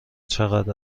چقدر